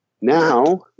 now